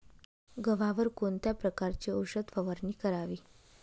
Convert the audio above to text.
गव्हावर कोणत्या प्रकारची औषध फवारणी करावी?